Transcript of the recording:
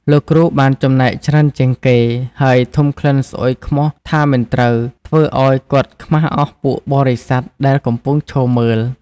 លោកគ្រូបានចំណែកច្រើនជាងគេ ហើយធុំក្លិនស្អុយខ្មោះថាមិនត្រូវ ធ្វើឲ្យគាត់ខ្មាសអស់ពួកបរិស័ទដែលកំពុងឈរចាំមើល។